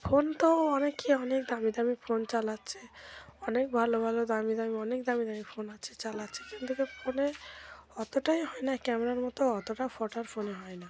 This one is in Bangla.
ফোন তো অনেকে অনেক দামি দামি ফোন চালাচ্ছে অনেক ভালো ভালো দামি দামি অনেক দামি দামি ফোন আছে চালাচ্ছে কিন্তু কি ফোনে অতটা ই হয় না ক্যামেরার মতো অতটা ফটো আর ফোনে হয় না